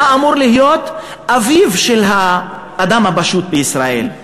הוא היה אמור להיות האביב של האדם הפשוט בישראל,